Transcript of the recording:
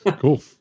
Cool